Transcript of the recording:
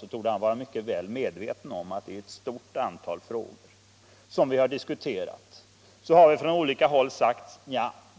Han torde vara mycket väl medveten om att det i ett stort antal frågor som vi har diskuterat från olika håll sagts: